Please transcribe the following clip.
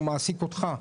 הוא מעסיק אותך.